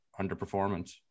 underperformance